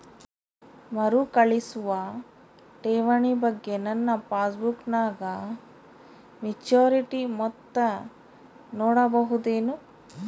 ಮರುಕಳಿಸುವ ಠೇವಣಿ ಬಗ್ಗೆ ನನ್ನ ಪಾಸ್ಬುಕ್ ನಾಗ ಮೆಚ್ಯೂರಿಟಿ ಮೊತ್ತ ನೋಡಬಹುದೆನು?